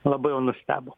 labai jau nustebo